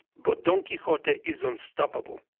but don quixote is unstoppable.